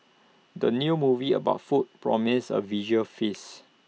the new movie about food promises A visual feast